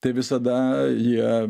tai visada jie